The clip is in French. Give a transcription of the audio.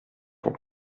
pour